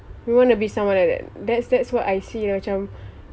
we wanna be someone like that that's that's what I see macam